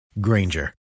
Granger